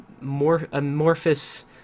amorphous